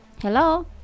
Hello